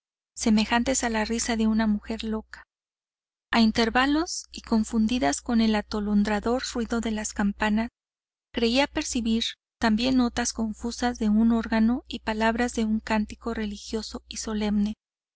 semejantes a la risa de una mujer loca a intervalos y confundidas con el atolondrador ruido de las campanas creía percibir también notas confusas de un órgano y palabras de un cántico religioso y solemne